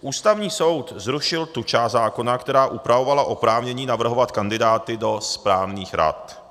Ústavní soud zrušil tu část zákona, která upravovala oprávnění navrhovat kandidáty do správních rad.